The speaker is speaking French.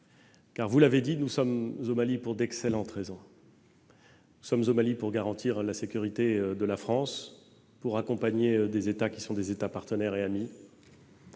vous l'avez dit, nous sommes au Mali pour d'excellentes raisons. Nous sommes au Mali pour garantir la sécurité de la France. Nous sommes au Mali pour accompagner des États partenaires et amis.